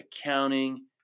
accounting